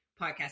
podcast